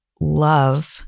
love